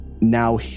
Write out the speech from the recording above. Now